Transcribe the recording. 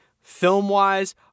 film-wise